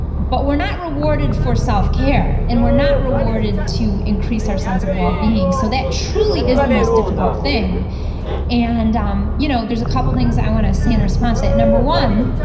but we're not rewarded for self-care, and we're not rewarded to increase our sense of wellbeing. so that truly is the most difficult thing and um you know there's a couple things i want to say in response to that. number one,